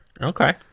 Okay